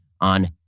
on